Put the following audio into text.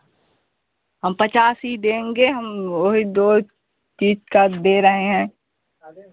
हम पचास ही देंगे हम वही दो चीज़ का दे रहे हैं